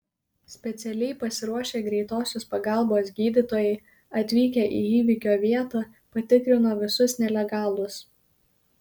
specialiai pasiruošę greitosios pagalbos gydytojai atvykę į įvykio vietą patikrino visus nelegalus